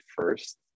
first